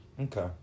okay